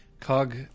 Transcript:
Cog